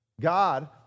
God